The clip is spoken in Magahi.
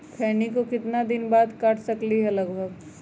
खैनी को कितना दिन बाद काट सकलिये है लगभग?